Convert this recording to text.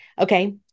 okay